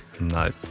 No